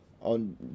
on